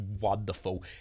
wonderful